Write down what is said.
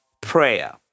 prayer